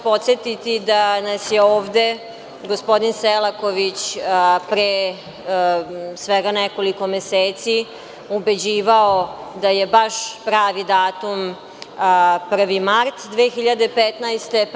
Podsetiti ću vas da nas je ovde gospodin Selaković pre svega nekoliko meseci ubeđivao da je baš pravi datum 1. mart 2015. godine.